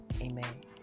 amen